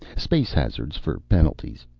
space hazards for penalties.